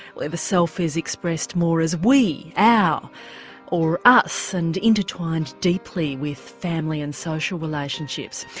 where the self is expressed more as we, our or us, and intertwined deeply with family and social relationships.